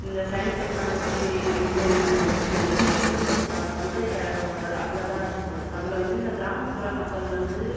இந்த science technology engineering mathematics என்றது வந்து இந்த பல்கலைக்கழகங்கள் அதில் தான் இருக்குது அதில் வந்து இந்த கிராமப்புற மக்கள் வந்து